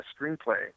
screenplay